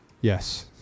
yes